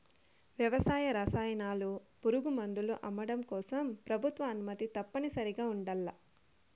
వ్యవసాయ రసాయనాలు, పురుగుమందులు అమ్మడం కోసం ప్రభుత్వ అనుమతి తప్పనిసరిగా ఉండల్ల